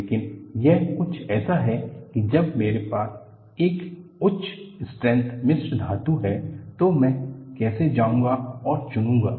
लेकिन यह कुछ ऐसा है कि जब मेरे पास एक उच्च स्ट्रेंथ मिश्र धातु है तो मैं कैसे जाऊंगा और चुनूंगा